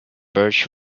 birch